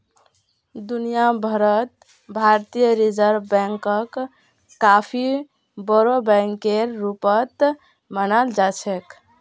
दुनिया भर त भारतीय रिजर्ब बैंकक काफी बोरो बैकेर रूपत मानाल जा छेक